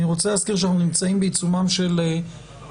אני רוצה להזכיר שאנחנו נמצאים בעיצומם של ימים,